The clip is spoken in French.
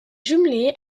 jumelé